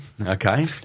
okay